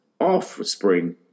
offspring